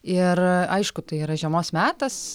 ir aišku tai yra žiemos metas